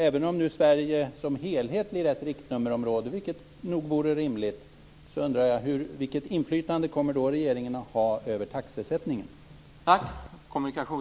Även om Sverige som helhet är ett riktnummerområde - vilket vore rimligt - undrar jag vilket inflytande regeringen kommer att ha över taxesättningen?